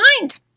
mind